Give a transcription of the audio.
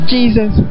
Jesus